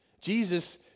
Jesus